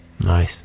Nice